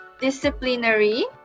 disciplinary